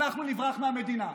אנחנו נברח מהמדינה.